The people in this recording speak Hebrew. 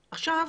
עכשיו,